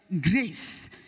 Grace